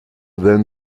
then